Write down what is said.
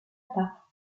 par